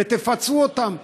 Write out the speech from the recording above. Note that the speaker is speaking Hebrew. ותפצו אותם.